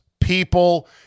people